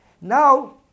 Now